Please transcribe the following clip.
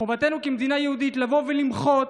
חובתנו כמדינה יהודית, למחות